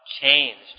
changed